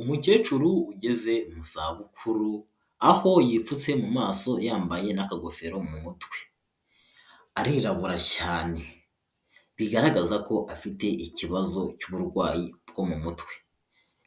Umukecuru ugeze mu zabukuru, aho yipfutse mu maso yambaye akagofero mu mutwe, arirabura cyane bigaragaza ko afite ikibazo cy'uburwayi bwo mu mutwe